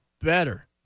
better